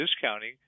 discounting